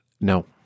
No